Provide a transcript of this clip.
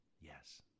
Yes